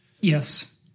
Yes